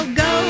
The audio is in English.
go